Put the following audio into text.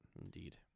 indeed